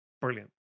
Brilliant